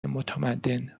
متمدن